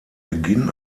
beginn